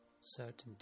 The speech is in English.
certainty